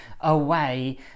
away